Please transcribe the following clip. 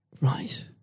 Right